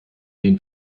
den